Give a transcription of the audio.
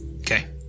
Okay